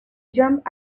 jump